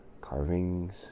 carvings